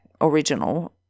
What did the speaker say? original